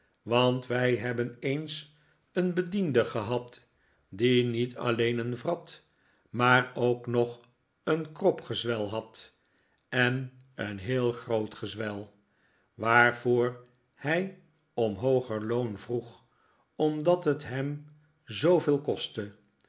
want wij hebben eens een bediende gehad die niet alleen een wrat maar ook nog een kropgezwel had en een heel groot gezwel waarvoor hij om hooger loon vroeg omdat t hem zooveel kostte